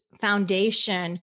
foundation